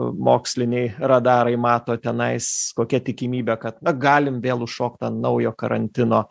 moksliniai radarai mato tenais kokia tikimybė kad na galim vėl užšokt ant naujo karantino